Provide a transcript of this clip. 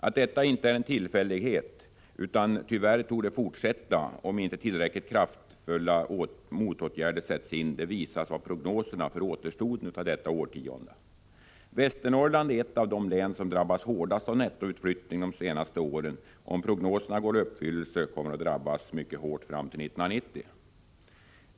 Att detta inte är en tillfällighet utan tyvärr torde fortsätta, om inte tillräckligt kraftfulla motåtgärder sätts in, visas av prognoserna för återstoden av detta årtionde. Västernorrland är ett av de län som drabbats hårdast av nettoutflyttning de senaste åren och kommer om prognoserna går i uppfyllelse att drabbas mycket hårt fram till 1990.